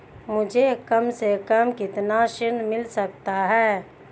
मुझे कम से कम कितना ऋण मिल सकता है?